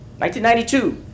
1992